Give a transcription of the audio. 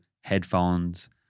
headphones